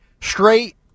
straight